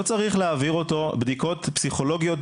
לא צריך להעביר אותו בדיקות פסיכולוגיות